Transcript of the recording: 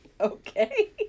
Okay